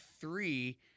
three